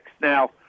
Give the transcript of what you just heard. Now